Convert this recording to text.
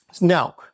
Now